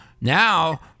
now